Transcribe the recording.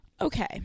Okay